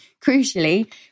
crucially